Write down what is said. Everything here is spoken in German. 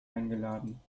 eingeladen